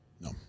No